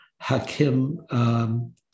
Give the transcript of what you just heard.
Hakim